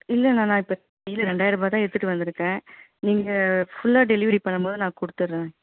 இல்லைண்ணா நான் இப்போ கையில் ரெண்டாயர்ரூபாய் தான் எடுத்துகிட்டு வந்திருக்கேன் நீங்கள் ஃபுல்லாக டெலிவரி பண்ணும்போது நான் கொடுத்துர்றேன்